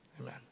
Amen